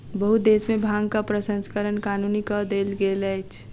बहुत देश में भांगक प्रसंस्करण कानूनी कअ देल गेल अछि